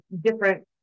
different